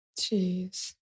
Jeez